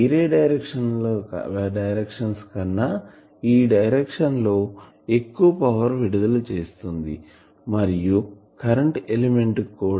వేరే డైరెక్షన్స్ కన్నా ఈ డైరెక్షన్ లో ఎక్కువ పవర్ విడుదల చేస్తుంది మరియు కరెంట్ ఎలిమెంట్ కూడా